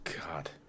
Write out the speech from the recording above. God